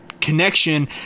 connection